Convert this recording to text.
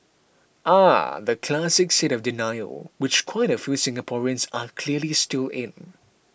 ah the classic state of denial which quite a few Singaporeans are clearly still in